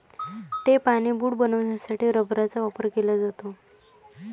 tape आणि boot बनवण्यासाठी रबराचा वापर केला जातो